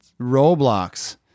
Roblox